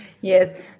Yes